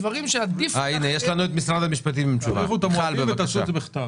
תאריכו את המועדים ותעשו את זה בכתב.